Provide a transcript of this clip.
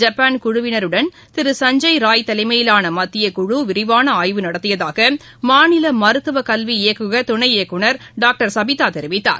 Japan குழுவினருடன் திரு சஞ்ஜய் ராய் தலைமையிலானமத்தியக் குழு விரிவானஆய்வு நடத்தியதாகமாநிலமருத்துவக் கல்வி இயக்ககதுணை இயக்குநர் டாக்டர் சபீதாதெிவித்தார்